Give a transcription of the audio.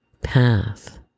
path